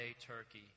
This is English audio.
Turkey